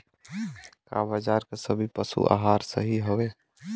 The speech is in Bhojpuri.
का बाजार क सभी पशु आहार सही हवें?